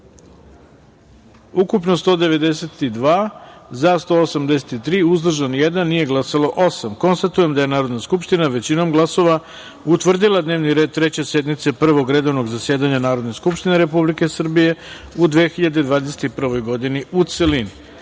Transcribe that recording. ukupno – 192, za – 183, uzdržan – jedan, nije glasalo – osam. Konstatujem da je Narodna skupština većinom glasova utvrdila dnevni red Treće sednice Prvog redovnog zasedanja Narodne skupštine Republike Srbije u 2021. godini, u celini.D